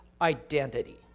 identity